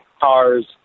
cars